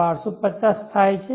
1250 થાય છે